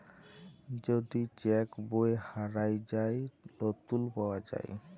যদি চ্যাক বই হারাঁয় যায়, লতুল পাউয়া যায়